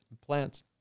plants